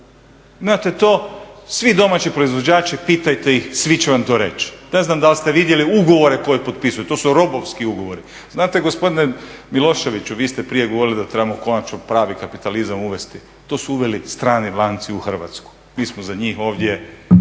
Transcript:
Imate to, svi domaći proizvođači, pitajte ih, svi će vam to reći. Ne znam da li ste vidjeli ugovore koje potpisuju, to su robovski ugovori. Znate gospodine Miloševiću, vi ste prije govorili da trebamo konačno pravi kapitalizam uvesti, to su uveli strani lanci u Hrvatsku, mi smo za njih ovdje